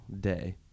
day